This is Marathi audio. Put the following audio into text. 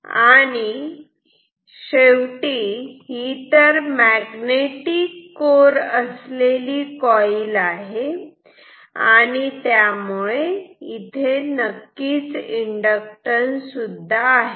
आणि शेवटी ही तर मॅग्नेटिक कोर असलेली कॉईल आहे आणि त्यामुळे तिथे नक्कीच इंडक्टॅन्स सुद्धा आहे